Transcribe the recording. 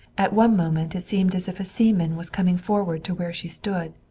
at one moment it seemed as if a seaman was coming forward to where she stood.